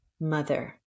mother